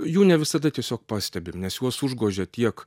jų ne visada tiesiog pastebim nes juos užgožia tiek